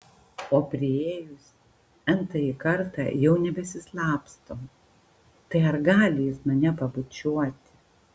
o priėjus n tąjį kartą jau nebesislapsto tai ar gali jis mane pabučiuoti